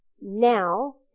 now